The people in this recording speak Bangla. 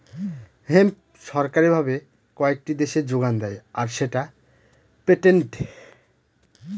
হেম্প সরকারি ভাবে কয়েকটি দেশে যোগান দেয় আর সেটা পেটেন্টেড